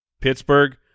Pittsburgh